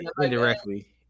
indirectly